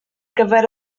gyfer